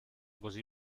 così